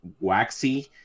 waxy